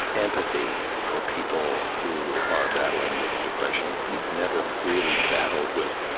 empathy for people who are battling with depression. if you've never really battled with